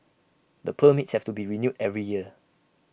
the permits have to be renewed every year